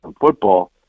football